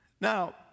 Now